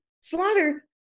slaughter